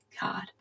god